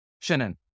Shannon